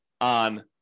on